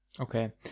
Okay